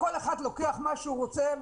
כל אחד לוקח מה שהוא רוצה.